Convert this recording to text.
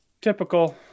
Typical